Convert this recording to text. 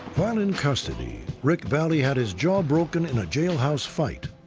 while in custody, rick vallee had his jaw broken in a jailhouse fight.